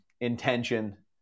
intention